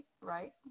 right